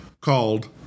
called